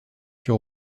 sur